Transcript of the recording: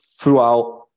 throughout